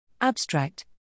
Abstract